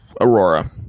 Aurora